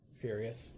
furious